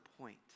point